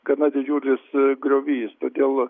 gana didžiulis griovys todėl